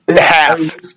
half